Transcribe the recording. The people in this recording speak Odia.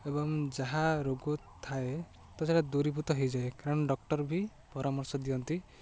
ଏବଂ ଯାହା ରୋଗ ଥାଏ ତ ସେଟା ଦୂରୀଭୂତ ହେଇଯାଏ କାରଣ ଡକ୍ଟର ବି ପରାମର୍ଶ ଦିଅନ୍ତି